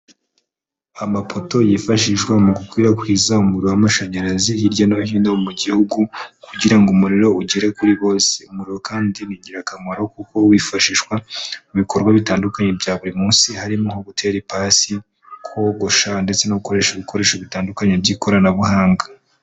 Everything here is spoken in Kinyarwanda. Amapoto yifashishwa mu gukwirakwiza umuriro w'amashanyarazi hirya no hino mu Gihugu, kugira ngo umuriro ugere kuri bose. Umuriro kandi ni ingirakamaro kuko wifashishwa mu bikorwa bitandukanye bya buri munsi harimo: nko gutera ipasi, kogosha ndetse no gukoresha ibikoresho bitandukanye by'ikoranabuhanga.